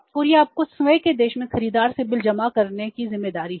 और यह अपने स्वयं के देश में खरीदार से बिल जमा करने की जिम्मेदारी है